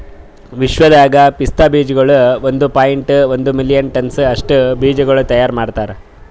ವಿಶ್ವದಾಗ್ ಪಿಸ್ತಾ ಬೀಜಗೊಳ್ ಒಂದ್ ಪಾಯಿಂಟ್ ಒಂದ್ ಮಿಲಿಯನ್ ಟನ್ಸ್ ಅಷ್ಟು ಬೀಜಗೊಳ್ ತೈಯಾರ್ ಮಾಡ್ತಾರ್